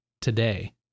today